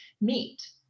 meet